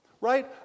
Right